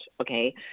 Okay